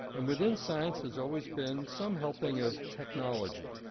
and within science has always been some helping of technology,